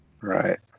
Right